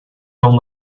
will